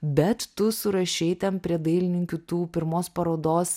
bet tu surašei ten prie dailininkių tų pirmos parodos